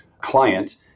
client